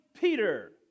Peter